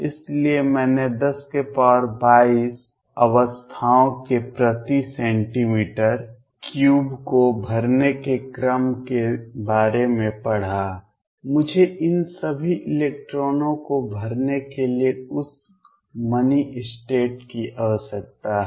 इसलिए मैंने 1022 अवस्थाओं के प्रति सेंटीमीटर क्यूब को भरने के क्रम के बारे में पढ़ा मुझे इन सभी इलेक्ट्रॉनों को भरने के लिए उस मनी स्टेट की आवश्यकता है